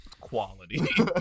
Quality